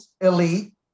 elite